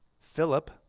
Philip